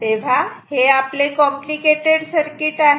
तेव्हा हे आपले कॉम्प्लिकेटेड सर्किट आहे